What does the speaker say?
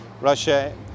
Russia